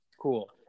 cool